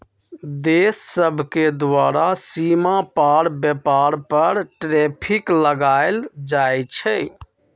देश सभके द्वारा सीमा पार व्यापार पर टैरिफ लगायल जाइ छइ